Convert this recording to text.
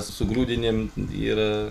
su grūdinėm yra